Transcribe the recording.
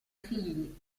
figli